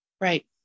Right